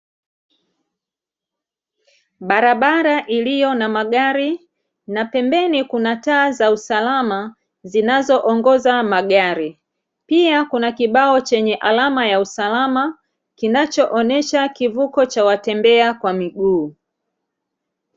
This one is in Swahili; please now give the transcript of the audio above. Barabara iliyo na magari na pembeni kuna taa za usalama zinazoongoza magari, pia kuna kibao chenye alama ya usalama kinachoonesha kivuko cha watembea kwa miguu .